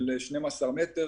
של 12 מטר.